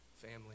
family